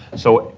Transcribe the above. so,